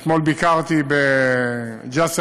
אתמול ביקרתי בג'סר-א-זרקא,